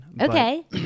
Okay